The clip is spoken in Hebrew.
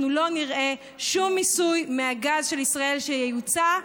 אנחנו לא נראה שום מיסוי מהגז של ישראל שייוצא,